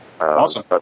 Awesome